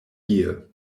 year